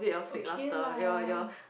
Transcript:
okay lah